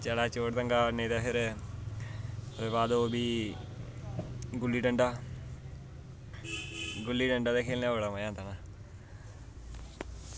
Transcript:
ते चले चोट तंगा नेईं तां फिर ओह्दे बाद ओह् बी गुल्ली डंडा ते गुल्ली डंडा खेल्लने दा बड़ा मजा होंदा ना